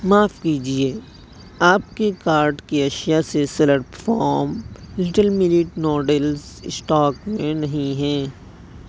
معاف کیجیے آپ کے کارٹ کی اشیاء سے farm little millet noodles stock میں نہیں ہے